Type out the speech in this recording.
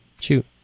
Shoot